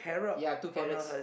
yea two carrots